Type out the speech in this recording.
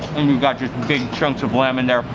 and you've got just and big chunks of lime and there.